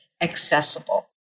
accessible